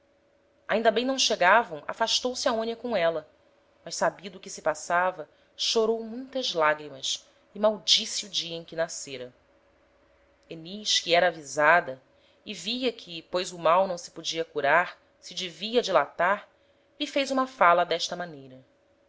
ainda bem não chegavam afastou-se aonia com éla mas sabido o que se passava chorou muitas lagrimas e maldisse o dia em que nascera enis que era avisada e via que pois o mal não se podia curar se devia dilatar lhe fez uma fala d'esta maneira